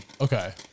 Okay